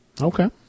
Okay